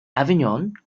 avignon